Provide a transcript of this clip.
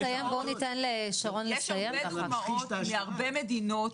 יש הרבה דוגמאות מהרבה מדינות,